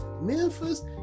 Memphis